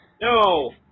No